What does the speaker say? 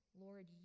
Lord